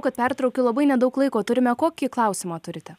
kad pertraukiu labai nedaug laiko turime kokį klausimą turite